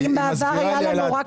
היא מסבירה לי על ההדפסות.